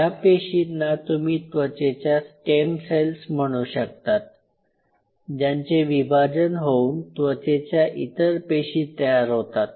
या पेशींना तुम्ही त्वचेच्या स्टेम सेल्स म्हणू शकतात ज्यांचे विभाजन होऊन त्वचेच्या इतर पेशी तयार होतात